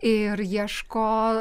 ir ieško